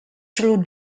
through